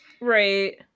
Right